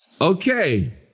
Okay